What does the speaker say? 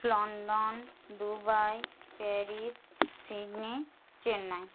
London Dubai Paris Sydney Chennai